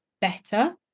better